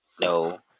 No